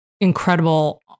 incredible